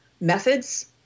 methods